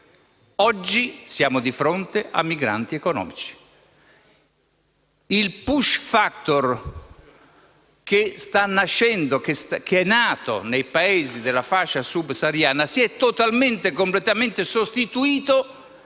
oggi, siamo di fronte a migranti economici. Il *push factor* che sta nascendo, che è nato nei Paesi della fascia subsahariana si è totalmente e completamente sostituito